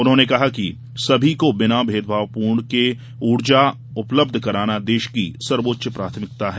उन्होंने कहा कि सभी को बिना भेदभाव के ऊर्जा उपलब्ध कराना देश की सर्वोच्च प्राथमिकता है